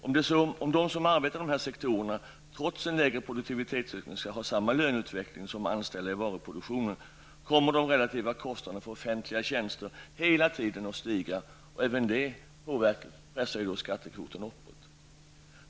Om de som arbetar i de här sektorerna, trots en lägre produktivitetsökning, skall ha samma löneutveckling som anställda i varuproduktionen, kommer de relativa kostnaderna för offentliga tjänster att hela tiden stiga. Även detta pressar skattekvoten uppåt.